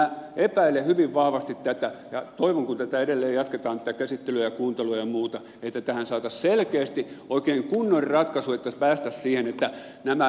eli epäilen hyvin vahvasti tätä ja toivon että kun tätä käsittelyä ja kuuntelua ja muuta edelleen jatketaan tähän saataisiin selkeästi oikein kunnon ratkaisu että päästäisiin siihen että nämä luovat ihmiset